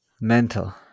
mental